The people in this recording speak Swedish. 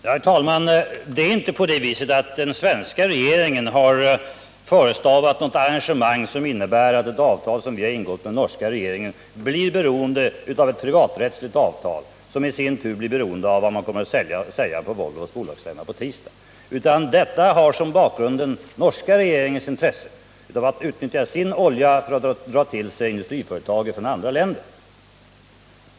Herr talman! Det är inte så att den svenska regeringen har förestavat något arrangemang som innebär att ett avtal som vi ingått med den norska regeringen blir beroende av vad man kommer att säga på Volvos bolagsstämma på tisdag. Den situationen har sin bakgrund i den norska regeringens intresse av att utnyttja sin olja för att dra till sig industriföretag från andra länder.